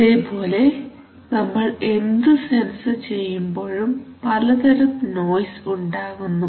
അതേപോലെ നമ്മൾ എന്ത് സെൻസ് ചെയ്യുമ്പോഴും പലതരം നോയിസ് ഉണ്ടാകുന്നു